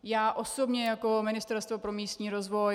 Já osobně jako Ministerstvo pro místní rozvoj...